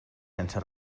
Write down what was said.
sense